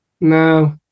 No